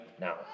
now